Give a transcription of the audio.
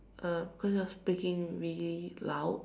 uh because you are speaking really loud